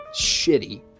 shitty